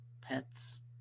pets